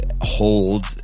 hold